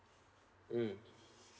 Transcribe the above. mm